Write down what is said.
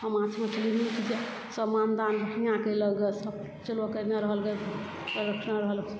माछ मछली नीक बेजाए सब मानदान बढ़िआँ केलक गऽ रखनऽ रहल